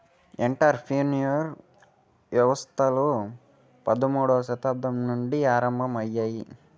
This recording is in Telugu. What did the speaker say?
ఎంటర్ ప్రెన్యూర్ వ్యవస్థలు పదమూడవ శతాబ్దం నుండి ఆరంభమయ్యాయి